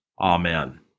Amen